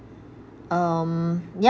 um ya